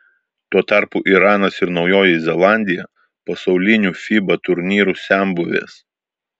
tuo tarpu iranas ir naujoji zelandija pasaulinių fiba turnyrų senbuvės